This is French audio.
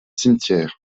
cimetière